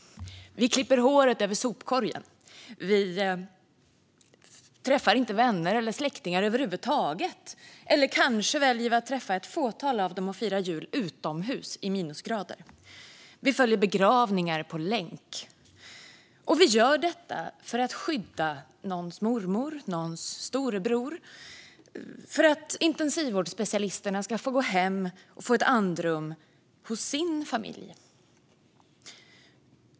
Vi klipper håret över sopkorgen. Vi träffar inte vänner och släktingar över huvud taget, eller kanske väljer vi att träffa ett fåtal av dem och fira jul utomhus i minusgrader. Vi följer begravningar på länk. Och vi gör detta för att skydda någons mormor eller storebror och för att intensivvårdsspecialisterna ska få gå hem och få ett andrum hos sin familj.